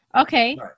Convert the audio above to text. Okay